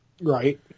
Right